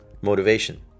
motivation